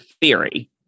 theory